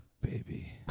baby